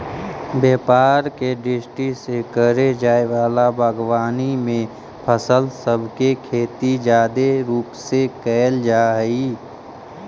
व्यापार के दृष्टि से करे जाए वला बागवानी में फल सब के खेती जादे रूप से कयल जा हई